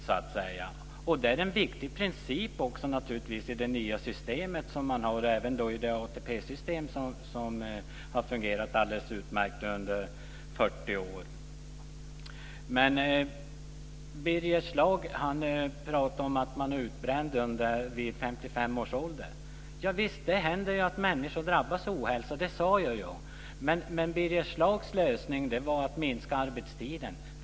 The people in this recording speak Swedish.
Det är naturligtvis en viktig princip också i det nya systemet, även i det ATP-system som har fungerat alldeles utmärkt under Birger Schlaug pratade om att man är utbränd vid 55 års ålder. Ja, visst händer det att människor drabbas av ohälsa. Det sade jag också. Men Birger Schlaugs lösning är att minska arbetstiden.